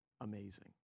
amazing